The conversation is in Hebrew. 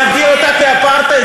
להגדיר אותה כאפרטהייד,